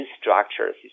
structures